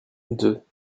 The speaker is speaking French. deux